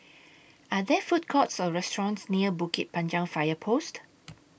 Are There Food Courts Or restaurants near Bukit Panjang Fire Post